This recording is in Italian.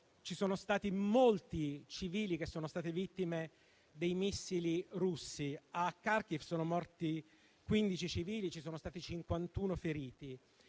purtroppo molti civili sono stati vittime dei missili russi. A Kharkiv sono morti 15 civili e ci sono stati 51 feriti.